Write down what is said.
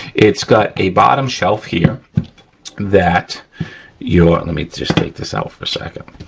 it's got a bottom shelf here that your, let me just take this out for a second.